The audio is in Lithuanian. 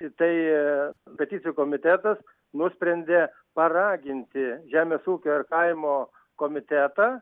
tai peticijų komitetas nusprendė paraginti žemės ūkio ir kaimo komitetą